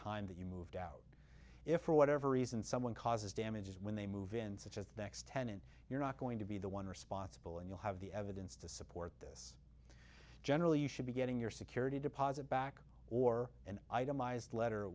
time that you moved out if for whatever reason someone causes damages when they move in such as the next tenant you're not going to be the one responsible and you'll have the evidence to support this generally you should be getting your security deposit back or an itemized letter